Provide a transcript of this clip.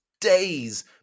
days